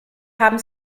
haben